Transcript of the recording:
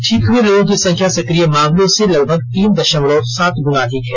ठीक हुए लोगों की संख्या सक्रिय मामलों से लगभग तीन दशमलव सात गुना अधिक है